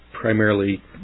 primarily